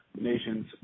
nations